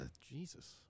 Jesus